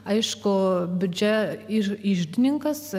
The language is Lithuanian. aišku biudžete ir iždininkas